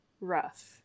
rough